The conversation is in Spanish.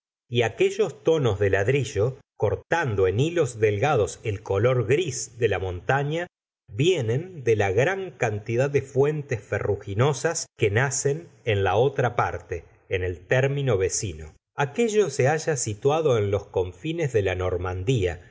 y aquellos tonos de ladrillo cortando en hilos delgados el color gris de la montaña vienen de la gran cantidad de fuentes ferruginosas que nacen en la otra parte en el término vecino aquello se halla situado en los confines de la normandía